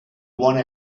wanna